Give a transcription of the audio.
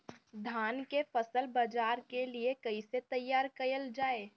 धान के फसल बाजार के लिए कईसे तैयार कइल जाए?